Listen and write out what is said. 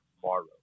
tomorrow